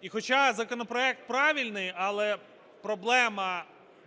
І хоча законопроект правильний, але проблема